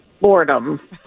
boredom